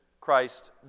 Christ